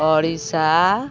Odisha